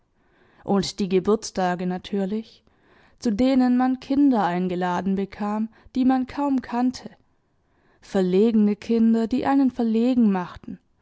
und die geburtstage natürlich zu denen man kinder eingeladen bekam die man kaum kannte verlegene kinder die einen verlegen machten